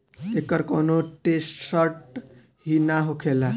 एकर कौनो टेसट ही ना होखेला